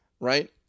Right